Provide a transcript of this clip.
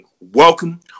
Welcome